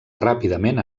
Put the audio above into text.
ràpidament